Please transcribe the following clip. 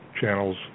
channels